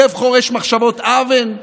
לב חורש מחשבות אוון,